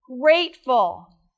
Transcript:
Grateful